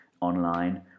online